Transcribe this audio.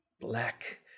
black